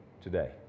today